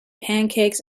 pancakes